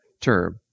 term